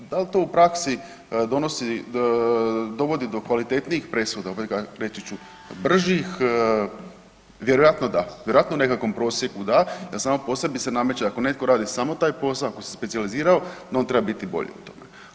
Da li to u praksi donosi, dovodi do kvalitetnijih presuda reći ću bržih, vjerojatno da, vjerojatno u nekakvom prosjeku da jer samo po sebi se nameće ako netko radi samo taj posao ako se specijalizirao da on treba biti bolji u tome.